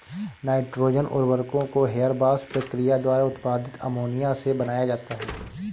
nitrogen उर्वरकों को Haber Bosch प्रक्रिया द्वारा उत्पादित अमोनिया से बनाया जाता है